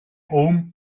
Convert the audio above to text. oom